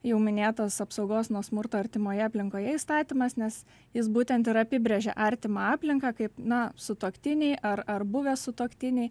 jau minėtas apsaugos nuo smurto artimoje aplinkoje įstatymas nes jis būtent ir apibrėžia artimą aplinką kaip na sutuoktiniai ar ar buvę sutuoktiniai